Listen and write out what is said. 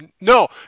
No